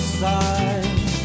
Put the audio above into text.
side